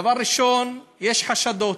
דבר ראשון, יש חשדות.